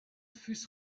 fus